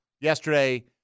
yesterday